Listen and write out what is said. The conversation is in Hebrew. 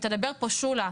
ותדבר פה שולה,